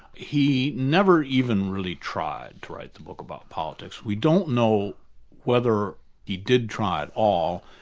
he never even really tried to write the book about politics. we don't know whether he did try at all,